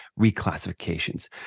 reclassifications